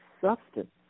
substance